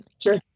Sure